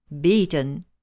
Beaten